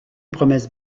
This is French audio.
promesse